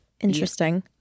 Interesting